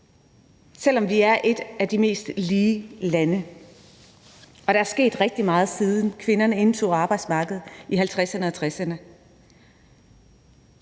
Venstre. Vi er et af de mest lige lande, og der er sket rigtig meget, siden kvinderne indtog arbejdsmarkedet i 1950'erne og 1960'erne,